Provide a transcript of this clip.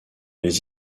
les